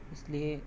اس لیے